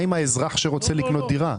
מה עם האזרח שרוצה לקנות דירה?